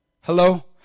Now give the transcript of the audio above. Hello